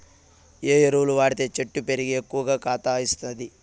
ఏ ఎరువులు వాడితే చెట్టు పెరిగి ఎక్కువగా కాత ఇస్తుంది?